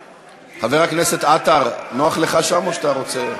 חבר הכנסת עטר, נוח לך שם או שאתה רוצה,